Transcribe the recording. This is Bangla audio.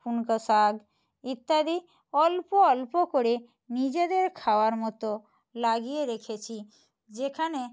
কুনকো শাক ইত্যাদি অল্প অল্প করে নিজেদের খাওয়ার মতো লাগিয়ে রেখেছি যেখানে